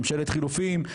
ממשלת חילופים,